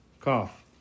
Cough